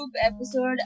episode